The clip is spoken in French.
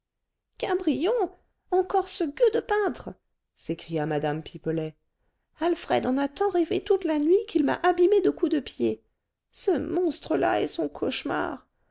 cabrion encore ce gueux de peintre s'écria mme pipelet alfred en a tant rêvé toute la nuit qu'il m'a abîmée de coups de pied ce monstre-là est son cauchemar